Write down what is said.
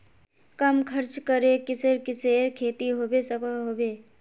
कम खर्च करे किसेर किसेर खेती होबे सकोहो होबे?